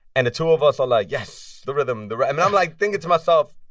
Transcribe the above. and the two of us are like, yes, the rhythm, the and i'm, like, thinking to myself,